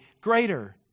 greater